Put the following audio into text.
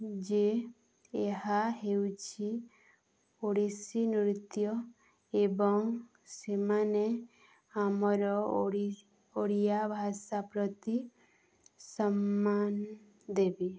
ଯେ ଏହା ହେଉଛି ଓଡ଼ିଶୀ ନୃତ୍ୟ ଏବଂ ସେମାନେ ଆମର ଓଡ଼ିଆ ଭାଷା ପ୍ରତି ସମ୍ମାନ ଦେବେ